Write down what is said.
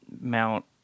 Mount